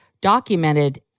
documented